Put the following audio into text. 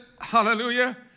hallelujah